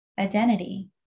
identity